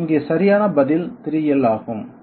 இங்கே சரியான பதில் 3L ஆகும்